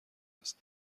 است